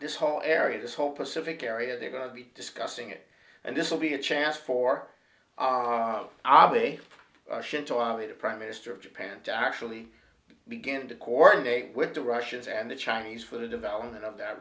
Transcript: this whole area this whole pacific area they're going to be discussing it and this will be a chance for ali to ave the prime minister of japan to actually begin to coordinate with the russians and the chinese for the development of that